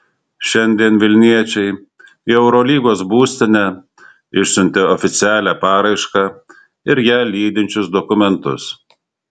šiandien vilniečiai į eurolygos būstinę išsiuntė oficialią paraišką ir ją lydinčius dokumentus